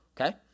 Okay